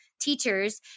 teachers